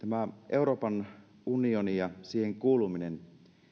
euroopan unioni ja siihen kuuluminen